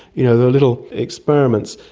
you know there are little experiments.